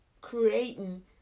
creating